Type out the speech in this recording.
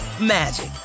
magic